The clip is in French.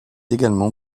également